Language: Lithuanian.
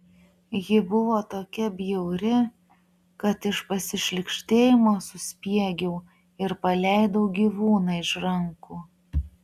ji buvo tokia bjauri kad iš pasišlykštėjimo suspiegiau ir paleidau gyvūną iš rankų